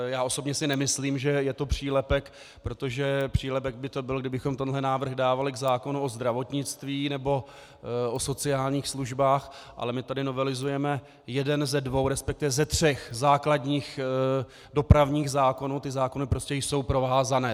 Já osobně si nemyslím, že to přílepek, protože přílepek to byl, kdybychom tenhle návrh dávali k zákonu o zdravotnictví nebo o sociálních službách, ale my tady novelizujeme jeden ze dvou, respektive ze třech základních dopravních zákonů, ty zákony prostě jsou provázány.